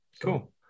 Cool